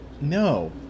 No